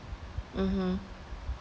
mmhmm